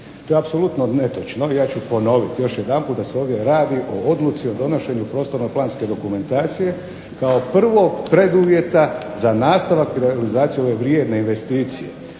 To je apsolutno netočno. Ja ću ponoviti još jedanput da se ovdje radi o odluci o donošenju prostorno-planske dokumentacije kao prvog preduvjeta za nastavak realizacije ove vrijedne investicije.